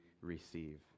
receive